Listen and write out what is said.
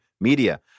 media